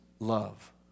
Love